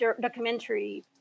documentary